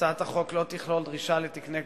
הצעת החוק לא תכלול דרישה לתקני כוח-אדם,